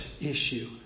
issue